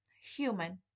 human